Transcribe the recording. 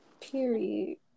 Period